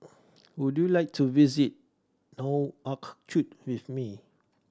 would you like to visit Nouakchott with me